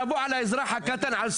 לא נקיים הצעה